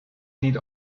need